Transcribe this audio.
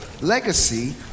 legacy